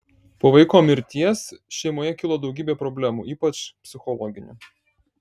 po vaiko mirties šeimoje kilo daugybė problemų ypač psichologinių